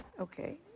Okay